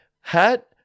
hat